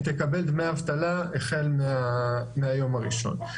היא תקבל דמי אבטלה החל מהיום הראשון.